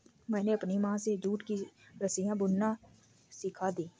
मैंने अपनी माँ से जूट की रस्सियाँ बुनना सीखा